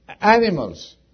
animals